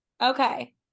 okay